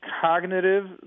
cognitive